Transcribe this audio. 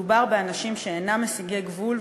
מדובר באנשים שאינם מסיגי גבול,